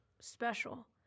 special